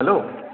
hello